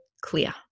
clear